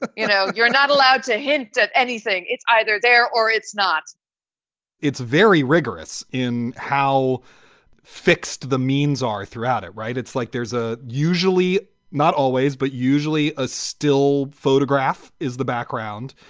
you know, you're not allowed to hint at anything. it's either there or it's not it's very rigorous in how fixed the means are throughout it. right. it's like there's a usually not always, but usually a still photograph is the background.